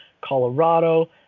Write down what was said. Colorado